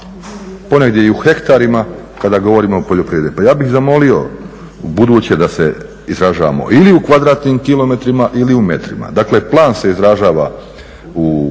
ponegdje i u hektarima, kada govorimo o poljoprivredi. Pa ja bih zamolio ubuduće da se izražavamo ili u km2 ili u metrima. Dakle plan se izražava u